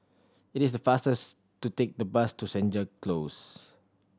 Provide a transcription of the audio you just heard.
it is the faster to take the bus to Senja Close